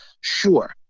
sure